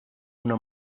una